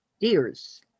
deers